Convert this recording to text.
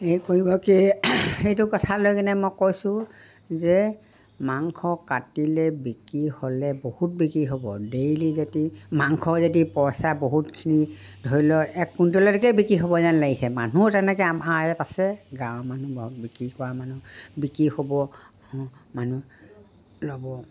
এই কৰিব কি সেইটো কথালৈ কিনে মই কৈছোঁ যে মাংস কাটিলে বিক্ৰী হ'লে বহুত বিক্ৰী হ'ব ডেইলী যদি মাংস যদি পইচা বহুতখিনি ধৰি লওক এক কুইণ্টললৈকে বিক্ৰী হ'ব যেন লাগিছে মানুহো তেনেকে আমাৰ ইয়াত আছে গাঁৱৰ মানুহ বিক্ৰী কৰা মানুহ বিক্ৰী হ'ব মানুহে ল'ব